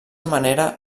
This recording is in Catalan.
manera